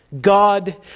God